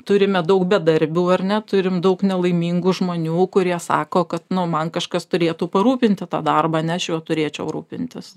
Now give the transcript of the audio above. turime daug bedarbių ar ne turim daug nelaimingų žmonių kurie sako kad man kažkas turėtų parūpinti tą darbą ne aš juo turėčiau rūpintis